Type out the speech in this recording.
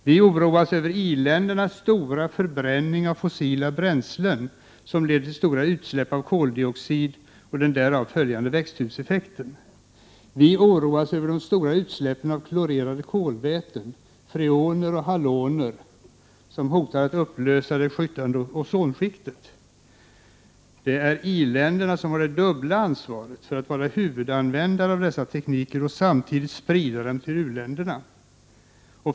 Vi oroas över industriländernas stora förbrukning av fossila bränslen som leder till stora utsläpp av koldioxid och därav följande växthuseffekt. Vi oroas över de stora utsläppen av klorerade kolväten, freoner och haloner, som hotar att upplösa det skyddande ozonskiktet. Det är i-länderna som har de dubbla ansvaret för att vara huvudanvändare av dessa tekniker och samtidigt sprida dem till u-länderna.